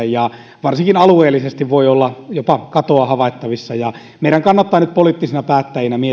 ja varsinkin alueellisesti voi olla jopa katoa havaittavissa meidän kannattaa nyt poliittisina päättäjinä miettiä